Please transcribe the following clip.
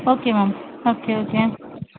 okay ma'am okay okay